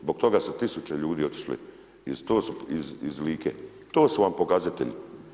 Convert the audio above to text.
Zbog toga su tisuće ljudi otišli iz Like, to su vam pokazatelji.